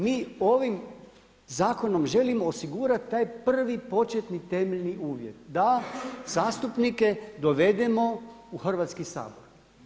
Mi ovim zakonom želimo osigurati taj prvi početni temeljni uvjet da zastupnike dovedemo u Hrvatski sabor.